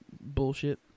bullshit